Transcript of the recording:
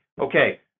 okay